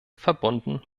verbunden